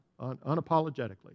unapologetically